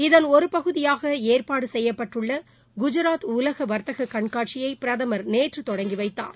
இதன் ஒரு பகுதியாக ஏற்பாடு செய்யப்பட்டுள்ள குஜராத் உலக வர்த்தக கண்காட்சியை பிரதமர் நேற்று தொடங்கிவைத்தார்